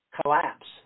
collapse